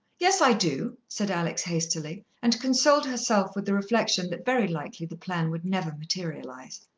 yes, i do, said alex hastily, and consoled herself with the reflection that very likely the plan would never materialize.